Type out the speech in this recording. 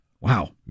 Wow